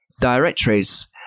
directories